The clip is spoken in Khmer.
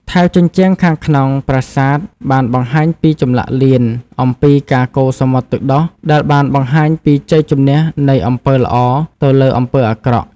ថែវជញ្ជាំងខាងក្នុងប្រាសាទបានបង្ហាញពីចម្លាក់លៀនអំពីការកូរសមុទ្រទឹកដោះ ដែលបានបង្ហាញពីជ័យជម្នះនៃអំពើល្អទៅលើអំពើអាក្រក់។